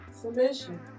Submission